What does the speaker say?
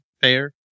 fair